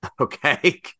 Okay